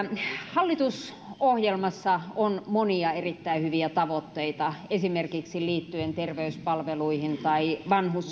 hallitusohjelmassa on monia erittäin hyviä tavoitteita esimerkiksi liittyen terveyspalveluihin tai